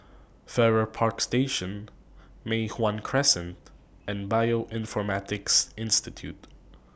Farrer Park Station Mei Hwan Crescent and Bioinformatics Institute